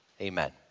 amen